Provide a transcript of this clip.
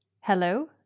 Hello